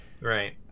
Right